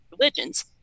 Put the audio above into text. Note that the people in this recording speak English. religions